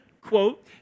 quote